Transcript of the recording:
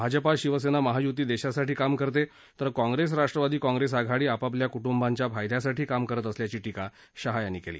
भाजप शिवसेना महायुती देशासाठी काम करते तर कॉंप्रेस राष्ट्रवादी काँप्रेस आघाडी आपापल्या कुटुंबाच्या फायद्यासाठी काम करत असल्याची टीका शहा यांनी केली